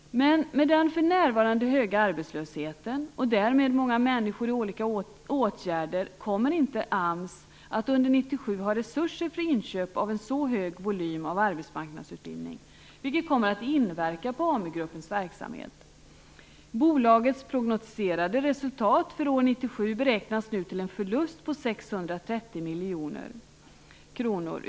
Men med den för närvarande höga arbetslösheten, och därmed många människor i olika åtgärder, kommer inte AMS att under 1997 ha resurser för inköp av en så stor volym av arbetsmarknadsutbildning, vilket kommer att inverka på Amugruppens verksamhet. Bolagets prognosticerade resultat för år 1997 beräknas nu till en förlust på 630 miljoner kronor.